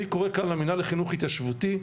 אני קורא כאן למינהל לחינוך התיישבותי,